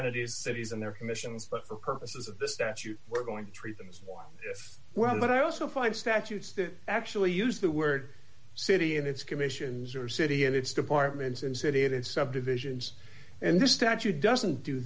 entities cities and their commissions for purposes of the statute we're going to treat them while this well but i also find statutes that actually use the word city in its commissions or city and its departments and city and subdivisions and the statute doesn't do